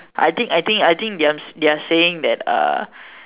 I think I think I think they're they're saying that uh